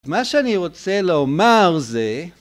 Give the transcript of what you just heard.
מה שאני רוצה לומר זה